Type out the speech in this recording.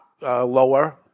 lower